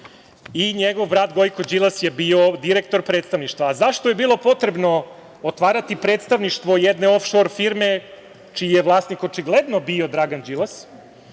i njegov brat Gojko Đilas je bio direktor predstavništva.A zašto je bilo potrebno otvarati predstavništvo jedne ofšor firme čiji je vlasnik očigledno bio Dragan Đilas?